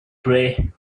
pray